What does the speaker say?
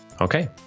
Okay